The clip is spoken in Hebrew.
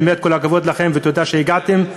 באמת כל הכבוד לכם ותודה שהגעתם,